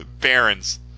Barons